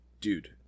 Dude